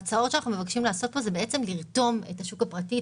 מה שאנחנו מבקשים לעשות פה זה לרתום את השוק הפרטי,